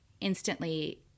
instantly